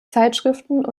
zeitschriften